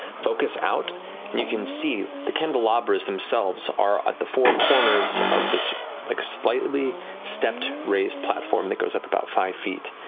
focus out, and you can see the candelabras are at the four corners of this like slightly stepped, raised platform that goes up about five feet.